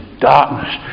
darkness